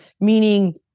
Meaning